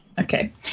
Okay